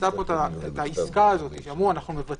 עשתה פה את העסקה הזאת שאמרו: אנחנו מבטלים